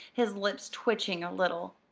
his lips twitching a little.